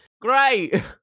Great